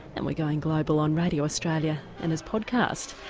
and we're going global on radio australia and as podcast.